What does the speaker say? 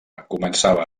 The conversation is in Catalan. començava